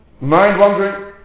mind-wandering